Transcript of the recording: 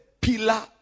pillar